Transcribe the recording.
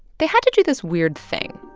they had to do this weird thing,